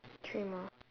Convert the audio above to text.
three more